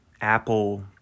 Apple